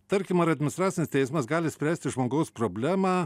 tarkim ar administracinis teismas gali spręsti žmogaus problemą